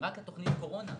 הם רק תוכנית הקורונה.